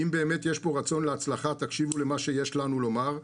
אם באמת יש פה רצון להצלחה תקשיבו למה שיש לנו לומר.